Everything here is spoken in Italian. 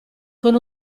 con